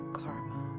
karma